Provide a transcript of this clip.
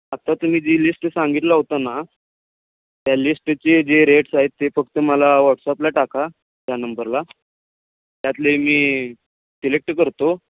आता तुम्ही जी लिस्ट सांगितला होता ना त्या लिस्टचे जे रेट्स आहेत ते फक्त मला व्हॉट्सअपला टाका या नंबरला त्यातले मी सिलेक्ट करतो